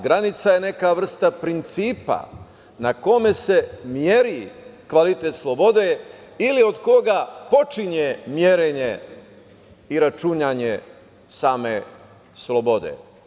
Granica je neka vrsta principa, na kome se meri kvalitet slobode ili od koga počinje merenje i računanje same slobode.